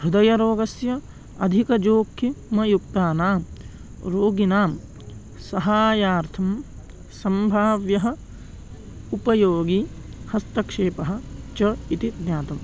हृदयरोगस्य अधिकजोखिमयुक्तानां रोगिणां सहाय्यार्थं सम्भाव्यः उपयोगी हस्तक्षेपः च इति ज्ञातम्